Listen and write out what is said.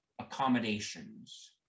accommodations